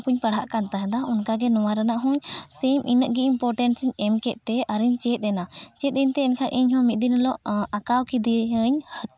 ᱚᱱᱟ ᱠᱚᱧ ᱯᱟᱲᱦᱟᱜ ᱠᱟᱱ ᱛᱟᱦᱮᱸᱫᱚᱜ ᱚᱱᱠᱟ ᱜᱮ ᱱᱚᱣᱟ ᱨᱮᱱᱟᱜ ᱦᱚᱸᱧ ᱥᱮᱢ ᱤᱱᱟᱹᱜ ᱜᱮ ᱤᱢᱯᱳᱨᱴᱮᱱᱥ ᱤᱧ ᱮᱢ ᱠᱮᱫ ᱛᱮ ᱟᱹᱨᱤᱧ ᱪᱮᱫ ᱮᱱᱟ ᱪᱮᱫ ᱮᱱ ᱛᱮ ᱮᱱᱠᱷᱟᱱ ᱤᱧ ᱦᱚᱸ ᱢᱤᱫ ᱫᱤᱱ ᱦᱤᱞᱳᱜ ᱟᱸᱠᱟᱣ ᱠᱮᱫᱮᱭᱟᱹᱧ